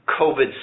COVID